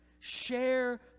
Share